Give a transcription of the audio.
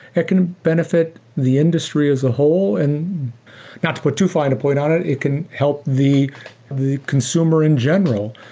it can benefit the industry as a whole, and not put too fine a point on it, it can help the the consumer in general.